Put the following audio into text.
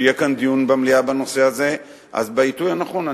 שיהיה כאן דיון במליאה בנושא הזה בעיתוי הנכון.